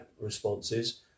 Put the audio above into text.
responses